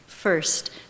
First